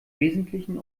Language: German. wesentlichen